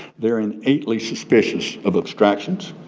they're innately suspicious of abstractions,